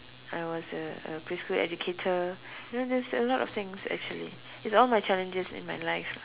I was a a preschool educator then there's a lot of things actually it's all my challenges in my life